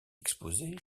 exposé